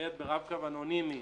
להצטייד ברב קו אנונימי